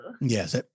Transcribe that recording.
Yes